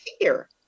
fear